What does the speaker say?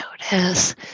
notice